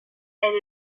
elle